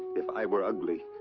if i were ugly.